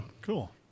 Cool